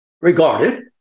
regarded